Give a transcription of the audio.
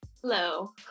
Hello